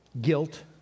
guilt